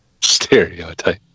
Stereotype